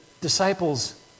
disciples